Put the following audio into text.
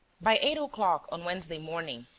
by eight o'clock on wednesday morning,